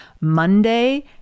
Monday